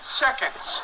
seconds